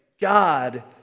God